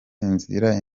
imvura